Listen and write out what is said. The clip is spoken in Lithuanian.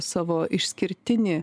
savo išskirtinį